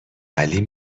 علی